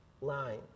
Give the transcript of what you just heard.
line